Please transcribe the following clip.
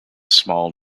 small